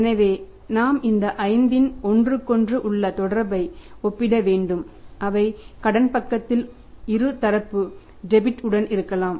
எனவே நாம் இந்த 5 இன் ஒன்றுக்குஒன்று உள்ள தொடர்பை ஒப்பிட வேண்டும் அவை கடன் பக்கத்தில் இரு தரப்பு டெபிட் உடன் இருக்கலாம்